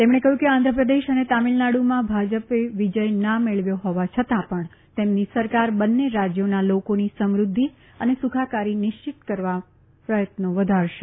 તેમણે કહ્યું કે આંધ્રપ્રદેશ અને તામિલનાડ઼માં ભાજપે વિજય ના મેળવ્યો ફોવા છતાં પણ તેમની સરકાર બંને રાજ્યોના લોકોની સમૃદ્ધિ અને સુખાકારી સુનિશ્ચિત કરવા પ્રયત્નો વધારશે